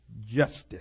justice